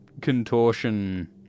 contortion